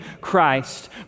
Christ